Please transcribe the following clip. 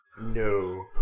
No